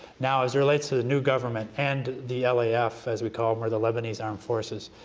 now as relates to the new government and the laf as we call them, or the lebanese armed forces,